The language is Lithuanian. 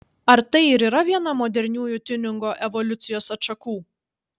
ar tai ir yra viena moderniųjų tiuningo evoliucijos atšakų